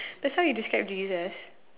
that's what he described to you as